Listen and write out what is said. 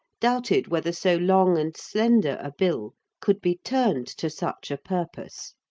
doubted whether so long and slender a bill could be turned to such a purpose.